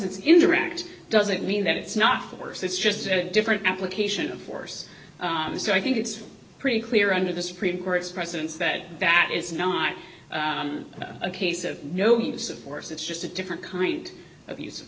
it's indirect doesn't mean that it's not the worse it's just different application of force so i think it's pretty clear under the supreme court's precedents that that is not a case of no use of force it's just a different kind of use of